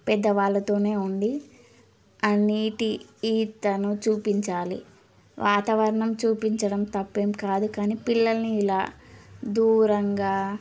పెద్ద వాళ్ళతోనే ఉండి ఆ నీటి ఈతను చూపించాలి వాతావరణం చూపించడం తప్పేం కాదు కానీ పిల్లల్ని ఇలా దూరంగా